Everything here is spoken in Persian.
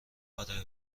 آره